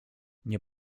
nie